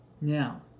Now